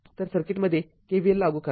तर सर्किटमध्ये KVL लागू करा